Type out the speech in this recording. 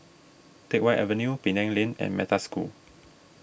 Teck Whye Avenue Penang Lane and Metta School